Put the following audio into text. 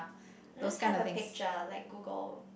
I just have a picture like Google